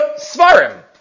Svarim